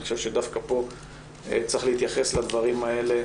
אני חושב שדווקא פה צריך להתייחס לדברים האלה